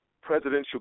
Presidential